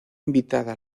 invitada